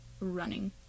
running